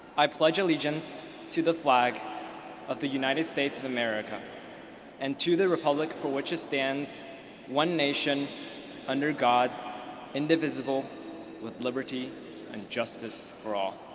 i pledge allegiance to the flag of the united states of america and to the republic for which it stands one nation under god indivisible with liberty and justice for all.